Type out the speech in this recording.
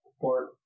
Port